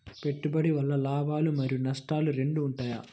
పెట్టుబడి వల్ల లాభాలు మరియు నష్టాలు రెండు ఉంటాయా?